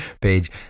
page